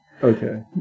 Okay